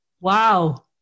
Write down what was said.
Wow